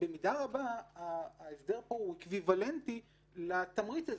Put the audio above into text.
במידה רבה ההסדר פה הוא אקוויוולנטי לתמריץ הזה,